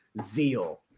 zeal